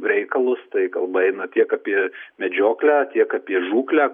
reikalus tai kalba eina tiek apie medžioklę tiek apie žūklę